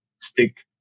stick